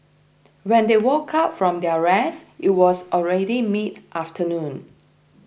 when they woke up from their rest it was already mid afternoon